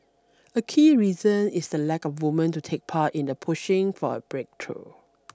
a key reason is the lack of woman to take the lead in pushing for a breakthrough